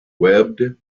webbed